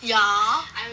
yeah